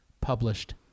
published